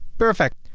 perfect!